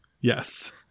yes